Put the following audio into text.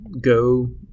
Go